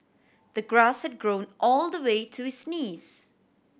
the grass had grown all the way to his knees